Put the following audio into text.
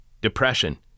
depression